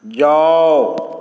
जाउ